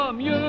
mieux